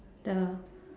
the